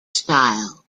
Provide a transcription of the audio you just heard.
style